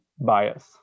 bias